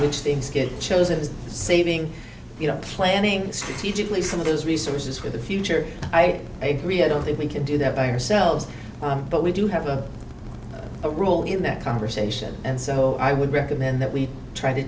which things get chosen is saving you know planning strategically some of those resources for the future i agree i don't think we can do that by ourselves but we do have a role in that conversation and so i would recommend that we try to